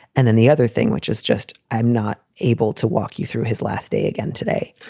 and then the other thing, which is just i'm not able to walk you through his last day again today.